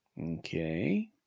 Okay